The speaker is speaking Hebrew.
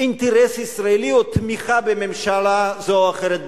אינטרס ישראלי או תמיכה בממשלה זו או אחרת בישראל,